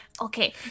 Okay